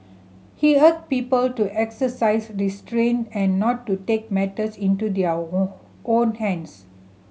he urged people to exercise restraint and not to take matters into their own hands